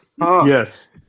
yes